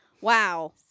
Wow